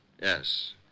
Yes